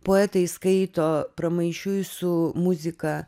poetai skaito pramaišiui su muzika